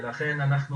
ולכן אנחנו,